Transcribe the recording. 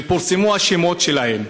ופורסמו השמות שלהם.